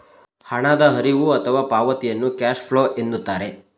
ಹಣದ ಹರಿವು ಅಥವಾ ಪಾವತಿಯನ್ನು ಕ್ಯಾಶ್ ಫ್ಲೋ ಎನ್ನುತ್ತಾರೆ